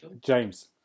James